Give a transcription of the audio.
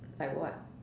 like what